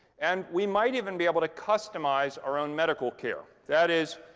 and we might even be able to customize our own medical care. that is,